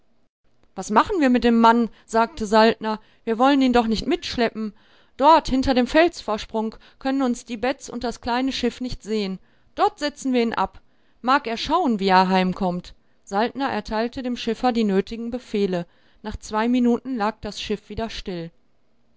was machen wir mit dem mann sagte saltner wir wollen ihn doch nicht mitschleppen dort hinter dem felsvorsprung können uns die beds und das kleine schiff nicht sehen dort setzen wir ihn ab mag er schauen wie er heimkommt saltner erteilte dem schiffer die nötigen befehle nach zwei minuten lag das schiff wieder still